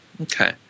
Okay